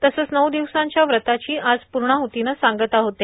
तसंच नऊ दिवसांच्या व्रताची आज पूर्णाहतीनं सांगता होते